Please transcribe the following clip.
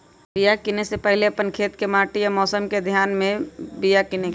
बिया किनेए से पहिले अप्पन खेत के माटि आ मौसम के ध्यान में ध के बिया किनेकेँ चाही